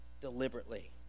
deliberately